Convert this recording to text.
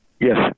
Yes